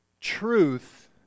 Truth